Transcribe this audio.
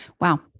Wow